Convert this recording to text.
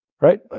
right